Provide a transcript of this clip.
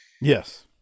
Yes